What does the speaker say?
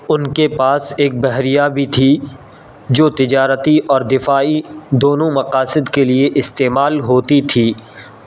ان کے پاس ایک بحریہ بھی تھی جو تجارتی اور دفاعی دونوں مقاصد کے لیے استعمال ہوتی تھی